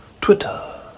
Twitter